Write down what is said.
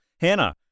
Hannah